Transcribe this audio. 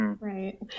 right